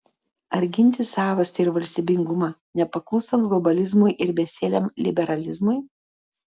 ar ginti savastį ir valstybingumą nepaklūstant globalizmui ir besieliam liberalizmui